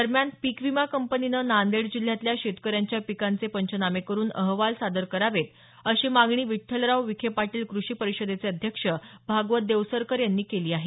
दरम्यान पीक विमा कंपनीनं नांदेड जिल्ह्यातल्या शेतकऱ्यांच्या पिकांचे पंचनामे करून अहवाल सादर करावेत अशी मागणी विठ्ठलराव विखे पाटील कृषि परिषदेचे अध्यक्ष भागवत देवसरकर यांनी केली आहे